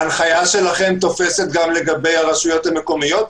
ההנחיה שלכם תופסת גם לגבי הרשויות המקומיות?